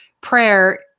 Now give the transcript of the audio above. prayer